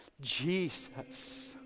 Jesus